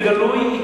בגלוי,